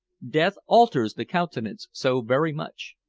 death alters the countenance so very much.